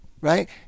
Right